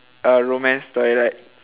a romance story like